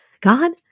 God